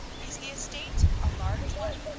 is the estate a large one?